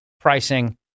pricing